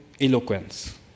eloquence